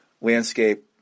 landscape